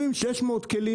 הם אומרים: 600 כלים,